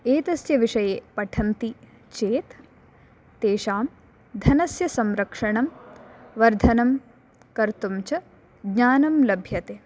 एतस्य विषये पठन्ति चेत् तेषां धनस्य संरक्षणं वर्धनं कर्तुं च ज्ञानं लभ्यते